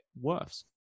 worse